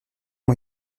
ont